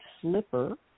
Slipper